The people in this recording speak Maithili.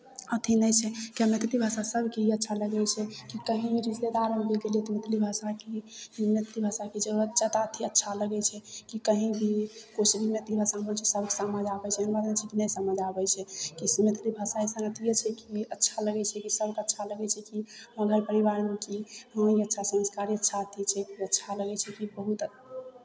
अथि नहि छै किएकि मैथिली भाषा सभकेँ ही अच्छा लगै छै कि कहीँ भी रिश्तेदारमे भी गेलियै तऽ मैथिली भाषा ही मैथिली भाषाके जरूरत जादा अच्छा लगै छै कि कहीँ भी ओसभ मैथिली भाषामे बोलै छै सभ समझ आबै छै एना नहि छै कि नहि समझ आबै छै किएकि से मैथिली भाषा अइसन अथिए छै कि अच्छा लगै छै कि सभकेँ अच्छा लगै छै हमर घर परिवारमे भी हम अच्छा संस्कारी अच्छा अथि छै कि अच्छा लगै छै कि बहुत